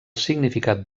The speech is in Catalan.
significat